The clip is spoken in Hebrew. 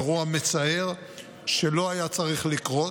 אירוע מצער שלא היה צריך לקרות.